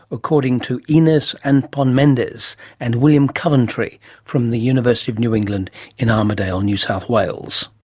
according to ines and anton-mendez and william coventry from the university of new england in armidale, and new south wales.